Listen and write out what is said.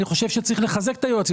אני חושב שצריך לחזק את היועצים